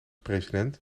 president